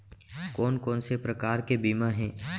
कोन कोन से प्रकार के बीमा हे?